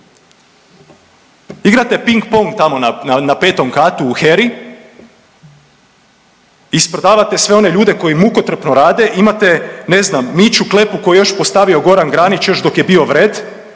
Igrate ping pong tamo na 5 katu u HERI, isprodavate sve one ljude koji mukotrpno rade imate ne znam Miću Klepu kojeg je još postavio Goran Granić još dok je bio vred,